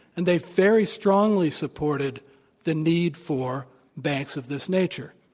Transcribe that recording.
and they very strongly supported the need for banks of this nature.